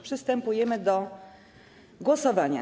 Przystępujemy do głosowania.